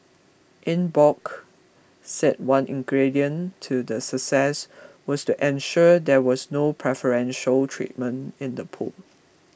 Eng Bock said one ingredient to the success was to ensure there was no preferential treatment in the pool